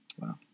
Wow